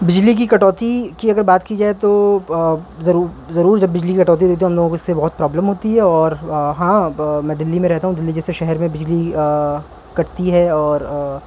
بجلی کی کٹوتی کی اگر بات کی جائے تو پا ضرو ضرور جب بجلی کٹوتی دیتی ہے ہم لوگوں اس سے بہت پرابلم ہوتی ہے اور ہاں میں دلی میں رہتا ہوں دلی جیسے شہر میں بجلی کٹتی ہے اور